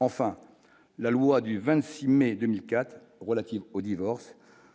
enfin, la loi du 26 mai 2004 relative au divorce